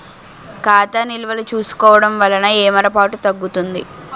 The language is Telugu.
ఖాతా నిల్వలు చూసుకోవడం వలన ఏమరపాటు తగ్గుతుంది